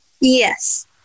Yes